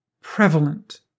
prevalent